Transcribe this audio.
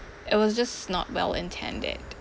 it was just not well-intended